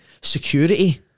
Security